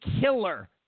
killer